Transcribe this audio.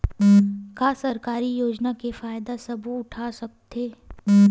का सरकारी योजना के फ़ायदा सबो उठा सकथे?